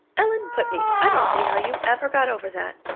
ellen putney, i don't see how you ever got over that.